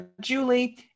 Julie